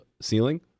ceiling